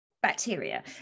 bacteria